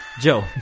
Joe